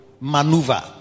maneuver